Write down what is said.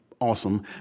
Awesome